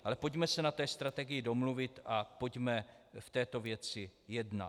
Ale pojďme se na té strategii domluvit a pojďme v této věci jednat.